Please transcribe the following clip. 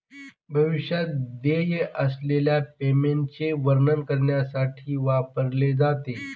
भविष्यात देय असलेल्या पेमेंटचे वर्णन करण्यासाठी वापरले जाते